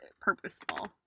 purposeful